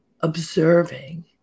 observing